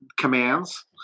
commands